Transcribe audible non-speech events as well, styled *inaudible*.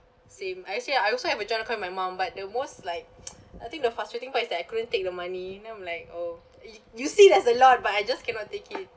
same ah actually I also have a joint account with my mom but the most like *noise* I think the frustrating part is that I couldn't take the money then I'm like oh y~ you see there's a lot but I just cannot take it